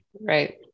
Right